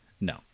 no